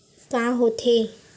का होथे?